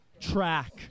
track